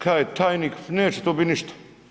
Kaže tajnik neće to biti ništa.